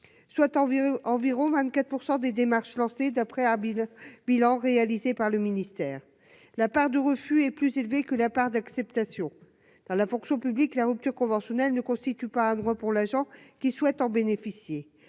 environ 24 % des démarches d'après habile bilan réalisé par le ministère, la part de refus est plus élevé que la part d'acceptation dans la fonction publique, la rupture conventionnelle ne constitue pas un droit pour l'agent qui souhaite en bénéficier